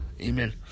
Amen